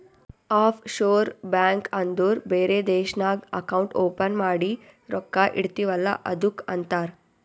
of sure bank ಅಂದುರ್ ಬೇರೆ ದೇಶ್ನಾಗ್ ಅಕೌಂಟ್ ಓಪನ್ ಮಾಡಿ ರೊಕ್ಕಾ ಇಡ್ತಿವ್ ಅಲ್ಲ ಅದ್ದುಕ್ ಅಂತಾರ್